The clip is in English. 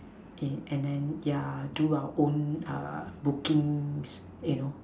and then yeah do our own uh bookings you know